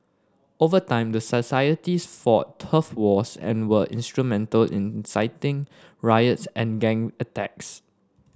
over time the societies fought turf wars and were instrumental in inciting riots and gang attacks